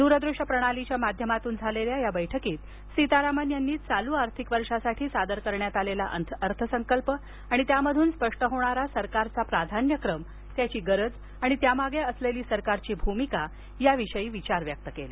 दूरदृश्य प्रणालीच्या माध्यमातून झालेल्या या बैठकीत सीतारामन यांनी चालू आर्थिक वर्षासाठी सादर करण्यात आलेला अर्थसंकल्प आणि त्यामधून स्पष्ट होणारा सरकारच्या प्राधान्यक्रम त्याची गरज आणि त्यामागे असलेली सरकारची भूमिका याविषयी विचार व्यक्त केले